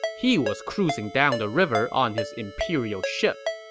he was cruising down the river on his imperial ship.